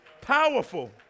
Powerful